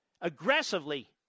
aggressively